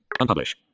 Unpublish